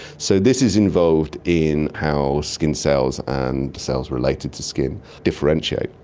so this is involved in how skin cells and cells related to skin differentiate.